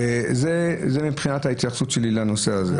זה מבחינת ההתייחסות שלי לנושא הזה.